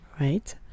right